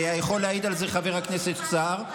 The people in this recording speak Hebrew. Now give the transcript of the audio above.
ויכול להעיד על זה חבר הכנסת סער.